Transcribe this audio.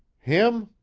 him?